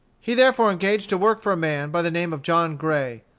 he therefore engaged to work for a man by the name of john gray,